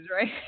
right